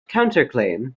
counterclaim